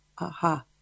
aha